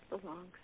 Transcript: belongs